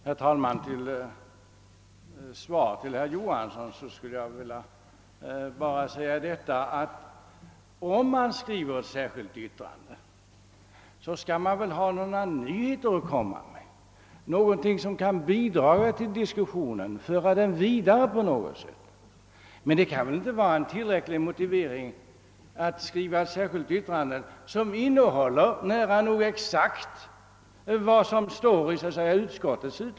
Herr talman! Som svar till herr Johansson i Växjö skulle jag vilja säga att om man skriver ett särskilt yttrande, så bör man väl ha några nyheter att komma med i detta som kan bidra till diskussionen och föra den vidare på något sätt. Det kan väl inte vara tillräckligt motiverat att skriva ett särskilt yttrande som innehåller nära nog exakt vad som står i utskottets utlåtande.